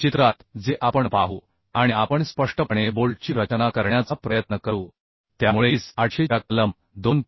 चित्रात जे आपण पाहू आणि आपण स्पष्टपणे बोल्टची रचना करण्याचा प्रयत्न करू त्यामुळे IS 800 च्या कलम 2